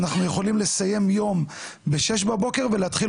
אנחנו יכולים לסיים יום ב- 06:00 ולהתחיל